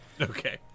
Okay